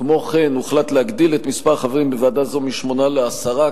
כמו כן הוחלט להגדיל את מספר החברים בוועדה זו משמונה לעשרה.